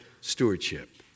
stewardship